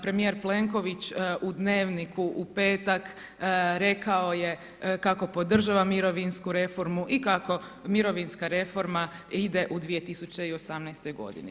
Premijer Plenković u Dnevniku u petak rekao je kako podržava mirovinsku reformu i kako mirovinska reforma ide u 2018. godini.